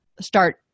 start